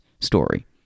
story